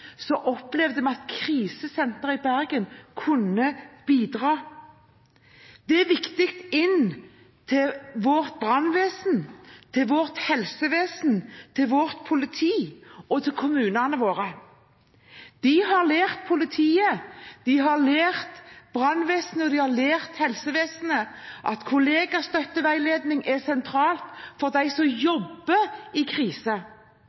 opplevde vi at krisesenteret i Bergen kunne bidra. Det er viktig for vårt brannvesen, for vårt helsevesen, for vårt politi og for kommunene våre. De har lært politiet, de har lært brannvesenet og de har lært helsevesenet at kollegastøtteveiledning er sentralt for dem som jobber i krise,